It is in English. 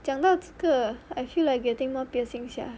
讲到这个 I feel like getting more piercing sia